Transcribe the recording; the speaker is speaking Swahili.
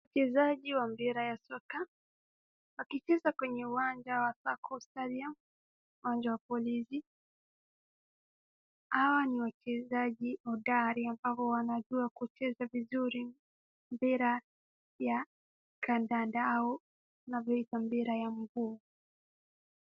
Wachezaji wa mpira wa soka wakicheza kwenye uwanja wa circle Stadium uwanja wa polisi. Hawa ni wachezaji hodari ambao wanajua kucheza vizuri mpira ya kandanda au wanavyoita mpira ya mguu.